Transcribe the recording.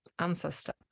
ancestor